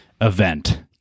event